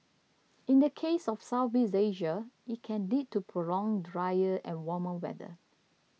in the case of Southeast Asia it can lead to prolonged drier and warmer weather